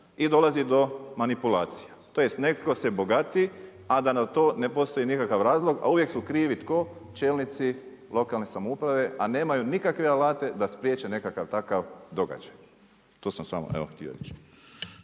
I dolazi do manipulacija, tj. netko se bogati, a da na to ne postoji nikakav razlog. A uvijek su krivi tko? Čelnici lokalne samouprave, a nemaju nikakve alate da spriječe nekakav takav događaj. To sam samo evo htio reći.